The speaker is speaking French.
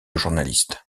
journaliste